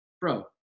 bro